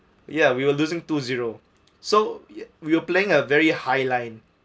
ya we were losing two zero so we are playing a very high line